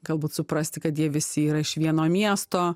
galbūt suprasti kad jie visi yra iš vieno miesto